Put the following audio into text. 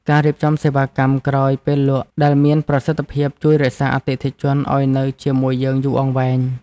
ការរៀបចំសេវាកម្មក្រោយពេលលក់ដែលមានប្រសិទ្ធភាពជួយរក្សាអតិថិជនឱ្យនៅជាមួយយើងយូរអង្វែង។។